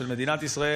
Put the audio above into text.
של מדינת ישראל,